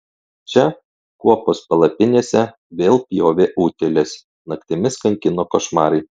čia kuopos palapinėse vėl pjovė utėlės naktimis kankino košmarai